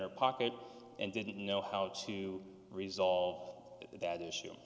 our pocket and didn't know how to resolve that issue